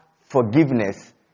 forgiveness